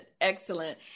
excellent